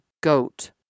goat